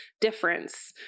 difference